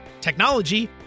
technology